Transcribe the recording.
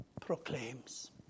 proclaims